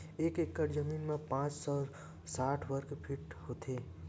एक एकड़ जमीन मा पांच सौ साठ वर्ग फीट होथे